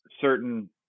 certain